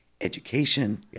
education